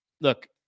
Look